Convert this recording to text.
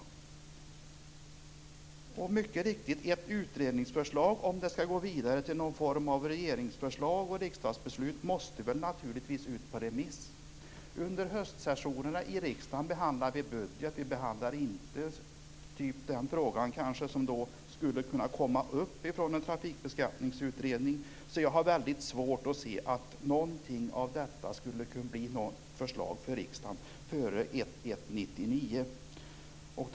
Det är mycket riktigt att ett utredningsförslag som skall gå vidare till någon form av regeringsförslag och riksdagsbeslut naturligtvis måste ut på remiss. Under riksdagens höstsessioner behandlar vi budgeten och inte t.ex. en sådan fråga som skulle kunna komma från en trafikbeskattningsutredning. Jag har därför mycket svårt att se att någonting av detta skulle kunna leda till förslag för riksdagen före den 1 januari 1999.